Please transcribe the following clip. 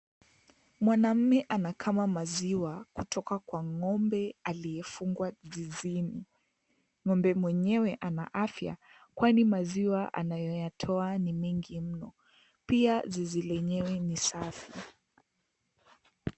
Mwanaume anakama maziwa kutoka kwa ng'ombe aliyefungwa zizini. Ng'ombe mwenyewe ana afya kwani maziwa anayoyatoa ni mingi mno. Pia zizi lenyewe ni safi.